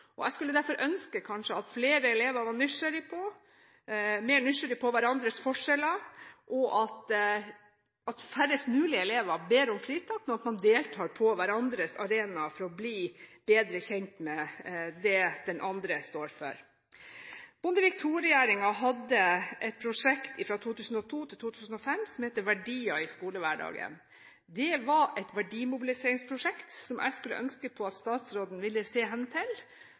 Jeg skulle derfor ønske at flere elever var mer nysgjerrige på hverandres forskjeller, og at færrest mulig elever ber om fritak, men deltar på hverandres arenaer for å bli bedre kjent med det den andre står for. Bondevik II-regjeringen hadde et prosjekt i 2002–2005 som het Verdier i skolehverdagen. Det var et verdimobiliseringsprosjekt som jeg skulle ønske at statsråden ville se hen til